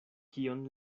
kion